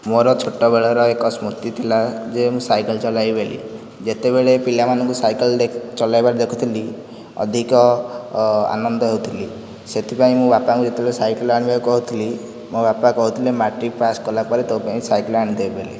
ମୋର ଛୋଟବେଳର ଏକ ସ୍ମୃତି ଥିଲା ଯେ ମୁଁ ସାଇକଲ୍ ଚଲାଇବି ବୋଲି ଯେତେବେଳେ ପିଲାମାନଙ୍କୁ ସାଇକେଲ୍ ଚଲାଇବାର ଦେଖୁଥିଲି ଅଧିକ ଆନନ୍ଦ ହେଉଥିଲି ସେଥିପାଇଁ ମୋ ବାପାଙ୍କୁ ଯେତେବେଳେ ସାଇକେଲ୍ ଆଣିବାକୁ କହିଥିଲି ମୋ ବାପା କହିଥିଲେ ମାଟ୍ରିକ୍ ପାସ୍ କଲାପରେ ତୋ ପାଇଁ ସାଇକେଲ୍ ଆଣିଦେବି ବୋଲି